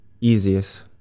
easiest